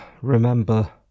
remember